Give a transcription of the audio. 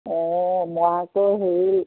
অ মই আকৌ হেৰি